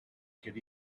could